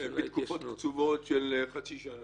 בתקופות קצובות של חצי שנה.